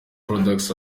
products